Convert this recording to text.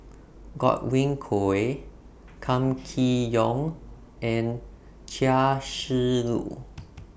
Godwin Koay Kam Kee Yong and Chia Shi Lu